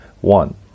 One